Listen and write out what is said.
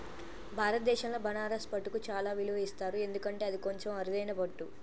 భారతదేశంలో బనారస్ పట్టుకు చాలా విలువ ఇస్తారు ఎందుకంటే అది కొంచెం అరుదైన పట్టు